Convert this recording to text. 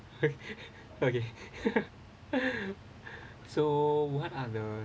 okay so what are the